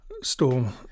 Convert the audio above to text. storm